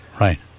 right